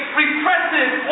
repressive